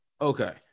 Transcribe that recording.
okay